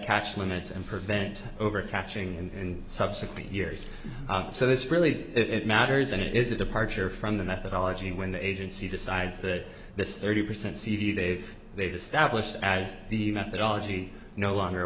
catch limits and prevent over catching in subsequent years so this really it matters and it is a departure from the methodology when the agency decides that this thirty percent c they've they've established as the methodology no longer